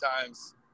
times